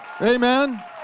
Amen